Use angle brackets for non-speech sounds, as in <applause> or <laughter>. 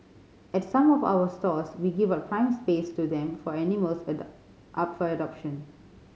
at some of our stores we give out prime space to them for animals <unintelligible> up for adoption